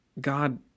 God